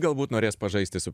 galbūt norės pažaisti su